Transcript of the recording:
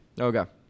Okay